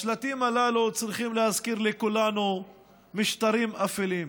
השלטים הללו צריכים להזכיר לכולנו משטרים אפלים.